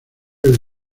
del